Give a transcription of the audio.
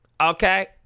Okay